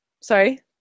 Sorry